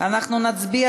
אנחנו נצביע